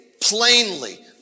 plainly